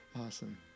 Awesome